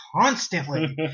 constantly